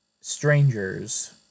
strangers